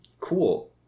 cool